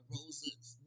Roses